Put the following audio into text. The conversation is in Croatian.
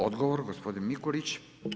Odgovor, gospodin Mikulić.